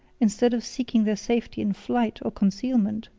instead of seeking their safety in flight or concealment,